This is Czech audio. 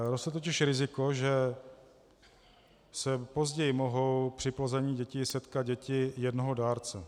Roste totiž riziko, že se později mohou při plození dětí setkat děti jednoho dárce.